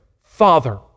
Father